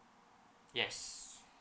yes